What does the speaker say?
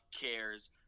cares